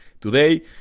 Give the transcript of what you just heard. Today